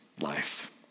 life